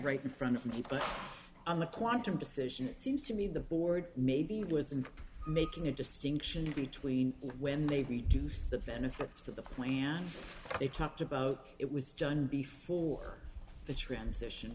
right in front of me but on the quantum decision it seems to me the board maybe wasn't making a distinction between when they reduced the benefits for the plan they talked about it was john before the transition